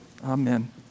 amen